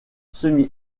semi